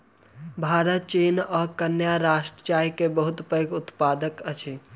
भारत चीन आ केन्या राष्ट्र चाय के बहुत पैघ उत्पादक अछि